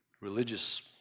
religious